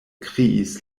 kriis